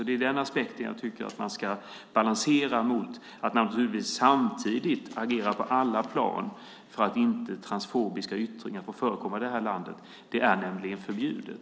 Det är den aspekten jag tycker att man ska balansera mot att vi samtidigt ska agera på alla plan för att transfobiska yttringar inte får förekomma i det här landet - det är nämligen förbjudet.